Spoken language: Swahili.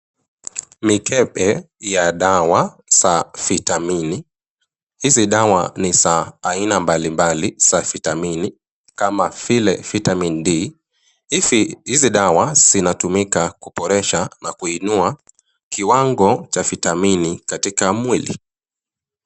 Mikebe ya dawa za vitamini. Hizi dawa ni za aina mbalimbali za vitamini kama vile Vitamin D .Hivi, hizi dawa zinatumika kuboresha na kuinua kiwango cha vitamini katika mwili.